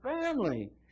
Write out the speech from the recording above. family